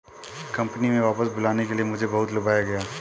company में वापस बुलाने के लिए मुझे बहुत लुभाया गया